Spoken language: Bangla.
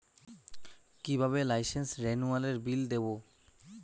কিভাবে লাইসেন্স রেনুয়ালের বিল দেবো?